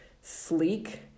sleek